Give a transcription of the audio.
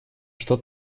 что